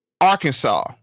Arkansas